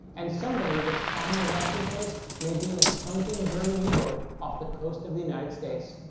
and some believe its final resting place may be in a sunken german u-boat off the coast of the united states.